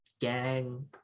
gang